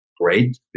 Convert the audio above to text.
great